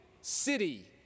city